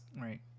right